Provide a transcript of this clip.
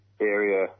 area